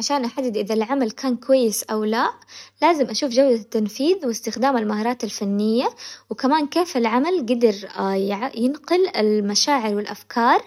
عشان احدد اذا العمل كان كويس او لا لازم اشوف جودة التنفيذ واستخدام المهارات الفنية، وكمان كيف العمل قدر ينقل المشاعر والافكار،